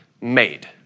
made